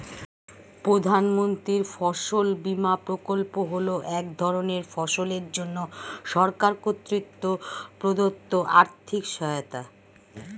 প্রধানমন্ত্রীর ফসল বিমা প্রকল্প হল এক ধরনের ফসলের জন্য সরকার কর্তৃক প্রদত্ত আর্থিক সহায়তা